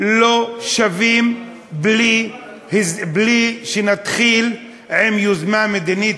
לא שווים בלי שנתחיל עם יוזמה מדינית,